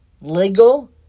legal